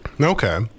Okay